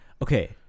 Okay